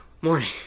morning